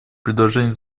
предложение